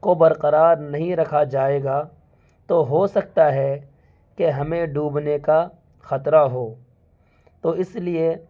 کو برقرار نہیں رکھا جائے گا تو ہو سکتا ہے کہ ہمیں ڈوبنے کا خطرہ ہو تو اس لیے